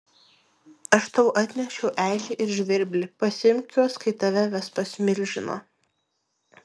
aš tau atnešiau ežį ir žvirblį pasiimk juos kai tave ves pas milžiną